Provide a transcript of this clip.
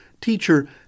Teacher